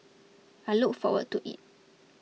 I look forward to it